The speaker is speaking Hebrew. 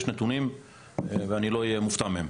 יש נתונים טובים מאוד ואני לא אופתע מהם.